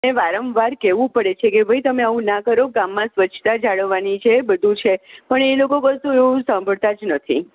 વારંવાર કહેવું પડે છે કે ભાઈ તમે આવું ના કરો ગામમાં સ્વચ્છતા જાળવવાની છે બધુ છે પણ એ લોકો કશું એવું સાંભડતા જ નથી